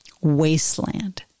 wasteland